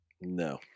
No